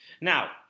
Now